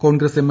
Congress M